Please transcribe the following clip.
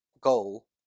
goal